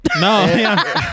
No